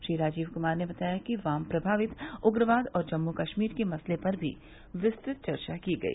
श्री राजीव क्मार ने बताया कि वाम प्रभावित उग्रवाद और जम्मू कश्मीर के मसते पर भी विस्तृत चर्चा की गई